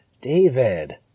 David